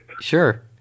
Sure